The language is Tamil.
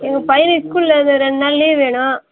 எங்கள் பையனுக்கு ஸ்கூலில் இது ரெண்டு நாள் லீவு வேணும்